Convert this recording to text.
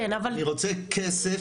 אני רוצה כסף,